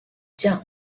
武将